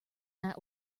that